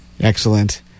Excellent